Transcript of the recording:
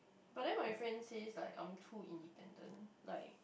but then my friend says like I'm too independent like